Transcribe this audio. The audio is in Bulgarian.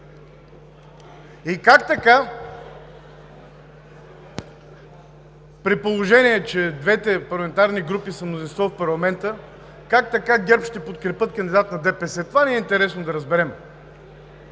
и ГЕРБ? При положение че двете парламентарни групи са мнозинство в парламента, как така ГЕРБ ще подкрепят кандидата на ДПС? Това ни е интересно да разберем.